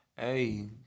hey